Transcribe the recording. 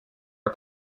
are